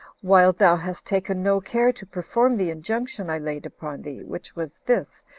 while thou hast taken no care to perform the injunction i laid upon thee, which was this,